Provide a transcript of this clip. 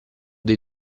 dei